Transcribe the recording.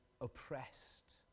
oppressed